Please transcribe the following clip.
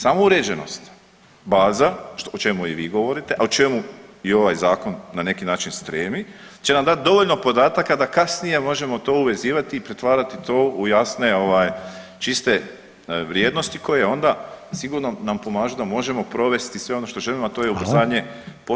Samo uređenost baza o čemu i vi govorite, a o čemu i ovaj zakon na neki način stremi će nam dati dovoljno podataka da kasnije možemo to uvezivati i pretvarati to u jasne, čiste vrijednosti koje onda sigurno nam pomažu da možemo provesti sve ono što želimo, a to je ubrzanje postupka i usklađenost.